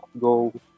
go